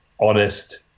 honest